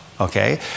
Okay